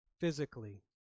physically